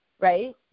right